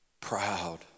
proud